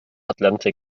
atlantik